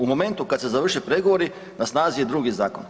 U momentu kad se završe pregovori, na snazi je drugi zakon.